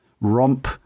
romp